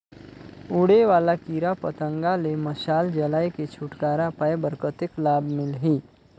उड़े वाला कीरा पतंगा ले मशाल जलाय के छुटकारा पाय बर कतेक लाभ मिलही?